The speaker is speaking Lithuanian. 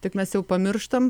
tik mes jau pamirštam